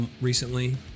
recently